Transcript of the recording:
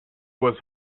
was